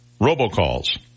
robocalls